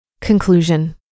Conclusion